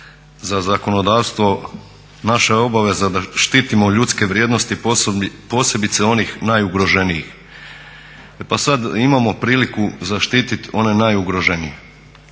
za zakonodavstvo naša je obaveza da štitimo ljudske vrijednosti posebice onih najugroženijih. E pa sad imamo priliku zaštiti one najugroženije.